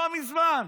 לא מזמן.